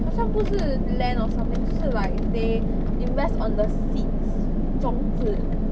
好像不是 land or something 就是 like they invest on the seeds 种子